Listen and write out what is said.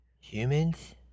humans